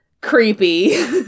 creepy